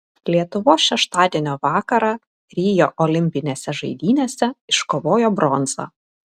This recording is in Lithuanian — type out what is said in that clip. lietuvos šeštadienio vakarą rio olimpinėse žaidynėse iškovojo bronzą